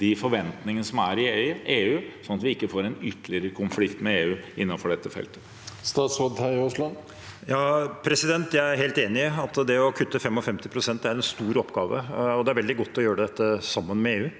de forventningene EU har, sånn at vi ikke får en ytterligere konflikt med EU innenfor dette feltet? Statsråd Terje Aasland Jeg er helt enig i at å kutte 55 pst. er en stor oppgave, og det er veldig godt å gjøre dette sammen med EU.